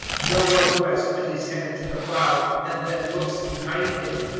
no one who has put his hand to the plough, and then looks behind him,